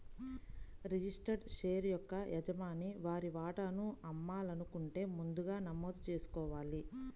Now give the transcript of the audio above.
registered share యొక్క యజమాని వారి వాటాను అమ్మాలనుకుంటే ముందుగా నమోదు చేసుకోవాలి